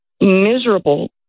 miserable